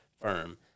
firm